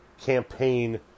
campaign